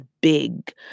big